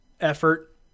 effort